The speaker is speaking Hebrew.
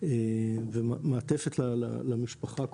ומעטפת למשפחה כולה.